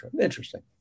interesting